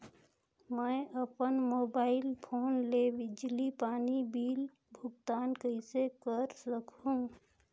मैं अपन mobile phone ले बिजली पानी बिल भुगतान कइसे कर सकहुं?